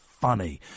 funny